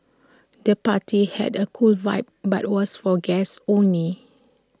the party had A cool vibe but was for guests only